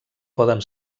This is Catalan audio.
poden